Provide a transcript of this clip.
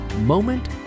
Moment